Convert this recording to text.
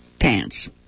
pants